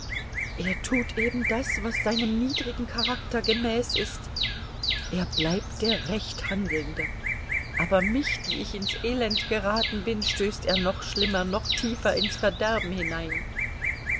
er tut eben das was seinem niedrigen charakter gemäß ist er bleibt der recht handelnde aber mich die ich ins elend geraten bin stößt er noch schlimmer noch tiefer ins verderben hinein